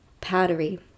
powdery